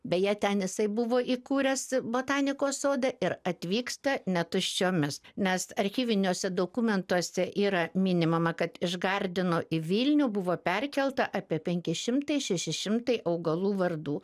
beje ten jisai buvo įkūręs botanikos sodą ir atvyksta ne tuščiomis nes archyviniuose dokumentuose yra minima kad iš gardino į vilnių buvo perkelta apie penki šimtai šeši šimtai augalų vardų